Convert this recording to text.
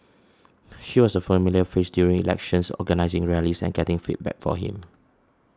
she was a familiar face during elections organising rallies and getting feedback for him